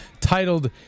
titled